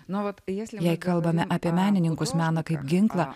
nuolat jei kalbame apie menininkus meną kaip ginklą